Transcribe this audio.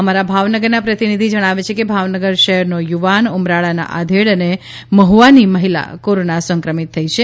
અમારા ભાવનગરના પ્રતિનિધિ જણાવે છે કે ભાવનગર શહેરનો યુવાન ઉમરાળાના આધેડ અને મહ્વાની મહિલા કોરોના સંક્રમિત થઈ છે